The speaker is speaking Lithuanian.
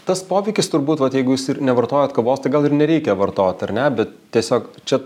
tas poveikis turbūt vat jeigu jūs ir nevartojat kavos tai gal ir nereikia vartot ar ne bet tiesiog čia